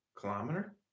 Kilometer